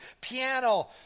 piano